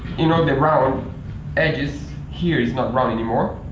you know the round edges. here it's not round anymore.